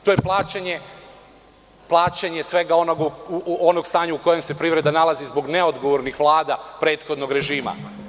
To je plaćanje onog stanja u kojem se privreda nalazi zbog neodgovornih vlada prethodnih režima.